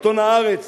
עיתון "הארץ",